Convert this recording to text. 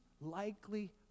likely